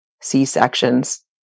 C-sections